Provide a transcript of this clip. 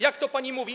Jak to pani mówi?